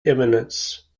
eminence